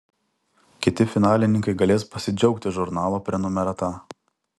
kiti finalininkai galės pasidžiaugti žurnalo prenumerata